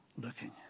looking